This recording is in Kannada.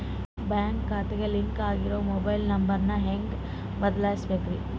ಬ್ಯಾಂಕ್ ಖಾತೆಗೆ ಲಿಂಕ್ ಆಗಿರೋ ಮೊಬೈಲ್ ನಂಬರ್ ನ ಹೆಂಗ್ ಬದಲಿಸಬೇಕ್ರಿ?